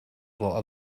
while